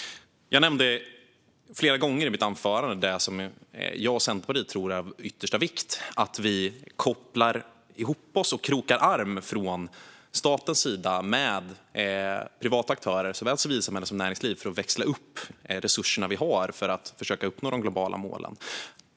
Jag nämnde flera gånger i mitt anförande det jag och Centerpartiet tror är av yttersta vikt, nämligen att vi krokar arm från statens sida med privata aktörer, såväl civilsamhälle som näringsliv, för att växla upp resurserna för att försöka uppnå de globala målen.